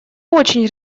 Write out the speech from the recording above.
очень